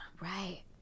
Right